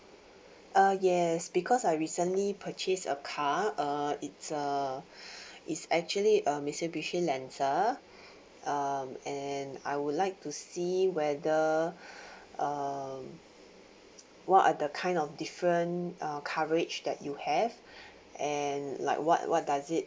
uh yes because I recently purchased a car uh it's a it's actually a mitsubishi lancer um and I would like to see whether um what are the kind of different uh coverage that you have and like what what does it